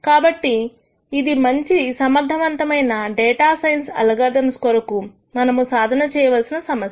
కాబట్టి ఇది మంచి సమర్థవంతమైన డేటా సైన్స్ అల్గోరిథమ్స్ కొరకు మనము సాధన చేయ వలసిన సమస్య